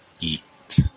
eat